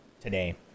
today